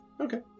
Okay